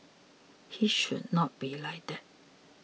he should not be like that